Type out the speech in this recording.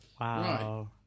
Wow